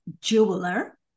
jeweler